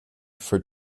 for